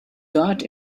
dort